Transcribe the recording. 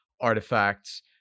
artifacts